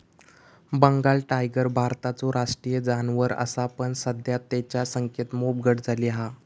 Bengal tiger भारताचो राष्ट्रीय जानवर असा पण सध्या तेंच्या संख्येत मोप घट झाली हा